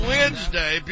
Wednesday